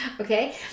Okay